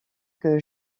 que